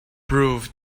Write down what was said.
proved